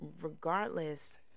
regardless